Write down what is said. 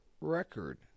record